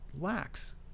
lacks